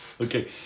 Okay